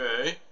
Okay